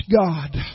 God